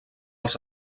els